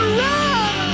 run